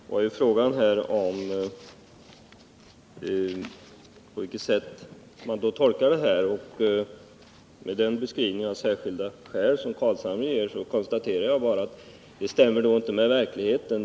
Herr talman! Det var fråga om på vilket sätt man tolkar detta, och jag konstaterar bara att den beskrivning av ”särskilda skäl” som Nils Carlshamre ger inte stämmer med verkligheten.